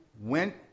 went